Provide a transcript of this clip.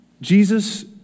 Jesus